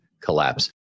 collapse